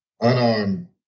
Unarmed